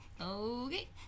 Okay